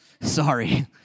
sorry